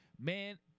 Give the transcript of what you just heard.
man